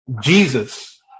Jesus